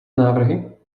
návrhy